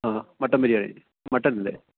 ആ മട്ടൻ ബിരിയാണി മട്ടണല്ലേ